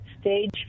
stage